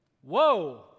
Whoa